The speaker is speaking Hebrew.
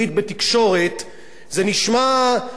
זה נשמע אולי קצת מרחיק לכת.